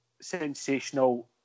sensational